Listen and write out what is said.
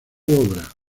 obra